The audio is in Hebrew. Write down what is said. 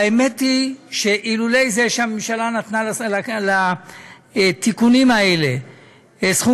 והאמת היא שאילולא זה שהממשלה נתנה לתיקונים האלה סכום